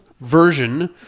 version